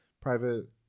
private